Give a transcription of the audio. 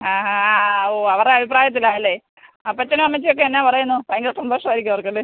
ആ ആ ആ ഓ അവരെ അഭിപ്രായത്തിലല്ലേ അപ്പച്ചനും അമ്മച്ചിയൊക്കെ എന്നാ പറയുന്നു ഭയങ്കര സന്തോഷമായിരിക്കും അവർക്കല്ലേ